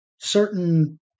certain